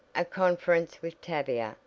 a conference with tavia,